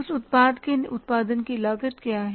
उस उत्पाद के उत्पादन की लागत क्या है